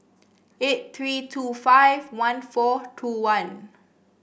eight three two five one four two one